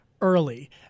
Early